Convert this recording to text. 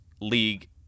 league